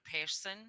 person